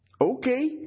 Okay